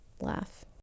laugh